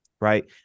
right